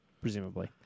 presumably